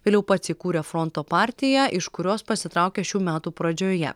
vėliau pats įkūrė fronto partiją iš kurios pasitraukė šių metų pradžioje